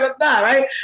right